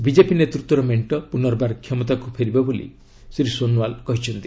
BJP ନେତୃତ୍ୱର ମେଣ୍ଟ ପୁନର୍ବାର କ୍ଷମତାକୁ ଫେରିବ ବୋଲି ଶ୍ରୀ ସୋନୱାଲ୍ କହିଛନ୍ତି